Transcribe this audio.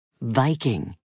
Viking